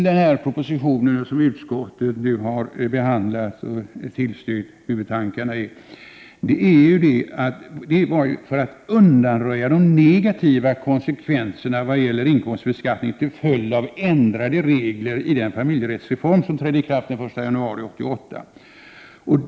Den här propositionen som utskottet nu har behandlat och tillstyrkt huvudtankarna i har ju tillkommit för att undanröja de negativa konsekvenserna beträffande inkomstbeskattningen till följd av ändrade regler i den familjerättsreform som trädde i kraft den 1 januari 1988.